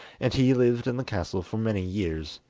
and he lived in the castle for many years,